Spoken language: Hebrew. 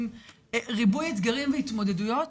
עם ריבוי אתגרים והתמודדויות